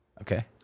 okay